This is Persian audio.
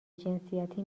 جنسیتی